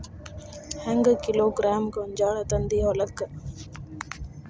ಹೆಂಗ್ ಕಿಲೋಗ್ರಾಂ ಗೋಂಜಾಳ ತಂದಿ ಹೊಲಕ್ಕ?